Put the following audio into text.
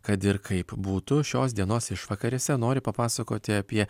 kad ir kaip būtų šios dienos išvakarėse nori papasakoti apie